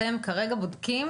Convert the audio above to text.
אתם כרגע בודקים